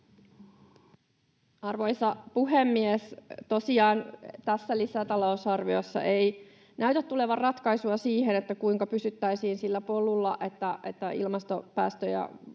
Arvoisa puhemies! Tosiaan tässä lisätalousarviossa ei näytä tulevan ratkaisua siihen, kuinka pysyttäisiin sillä polulla, että ilmastopäästöjä